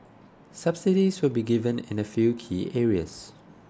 subsidies will be given in a few key areas